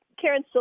Karen